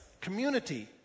Community